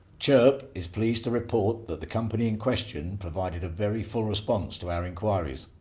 chirp is pleased to report that the company in question provided a very full response to our inquiries,